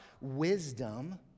wisdom